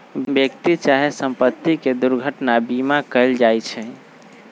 व्यक्ति चाहे संपत्ति के दुर्घटना बीमा कएल जाइ छइ